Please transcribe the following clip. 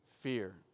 fear